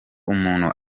umuntu